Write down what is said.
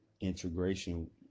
integration